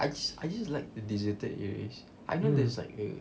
I just I just like the deserted areas I know there's like a